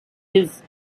his